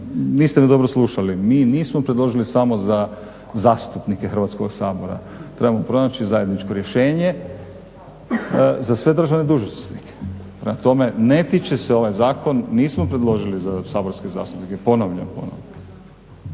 niste me dobro slušali. Mi nismo predložili samo za zastupnike Hrvatskoga Sabora. Trebamo pronaći zajedničko rješenje za sve državne dužnosnike. Prema tome, ne tiče se ovaj zakon, nismo predložili za saborske zastupnike ponavljam ponovno.